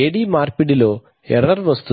AD మార్పిడి లో error వస్తుంది